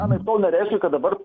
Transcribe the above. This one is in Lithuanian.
anaiptol nereiškia kad dabar